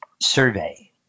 survey